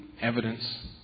evidence